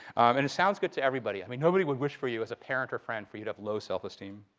and it sounds good to everybody. i mean nobody would wish for you as a parent or friend for you to have low self-esteem.